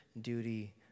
duty